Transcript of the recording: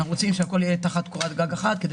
אנחנו רוצים שהכול יהיה תחת קורת גג אחת כדי